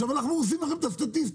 אנחנו הורסים לכם את הסטטיסטיקה,